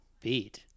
beat